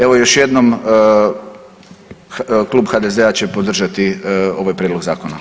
Evo još jednom Klub HDZ-a će podržati ovaj prijedlog zakona.